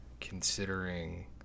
considering